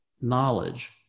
knowledge